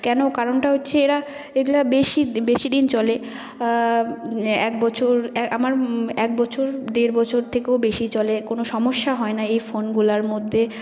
কেন কারণটা হচ্ছে এরা এগুলো বেশি বেশি দিন চলে এক বছর আমার এক বছর দেড় বছর থেকেও বেশি চলে কোনও সমস্যা হয় না এই ফোনগুলোর মধ্যে